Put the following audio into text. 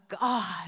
God